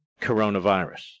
coronavirus